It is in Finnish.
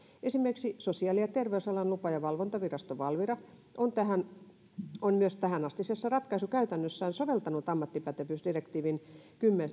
esimerkiksi sosiaali ja terveysalan lupa ja valvontavirasto valvira on myös tähänastisessa ratkaisukäytännössään soveltanut ammattipätevyysdirektiivin